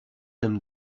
dem